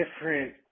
different